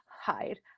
hide